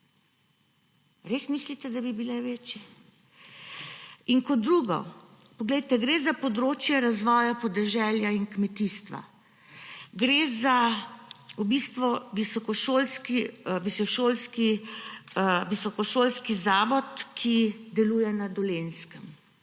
Res mislite, da bi bile večje? Kot drugo, poglejte, gre za področje razvoja podeželja in kmetijstva. Gre v bistvu za visokošolski zavod, ki deluje na Dolenjskem.